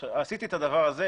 עשיתי את הדבר הזה,